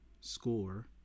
score